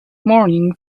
morning